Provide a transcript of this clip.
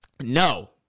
No